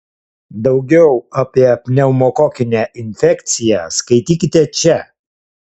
daugiau apie pneumokokinę infekciją skaitykite čia